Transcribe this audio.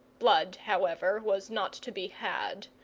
blood, however, was not to be had.